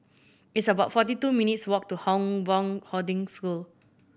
it's about forty two minutes' walk to Hong Hoarding School